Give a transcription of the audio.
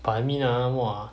but I mean ah !wah!